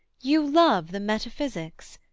you love the metaphysics!